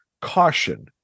caution